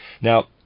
Now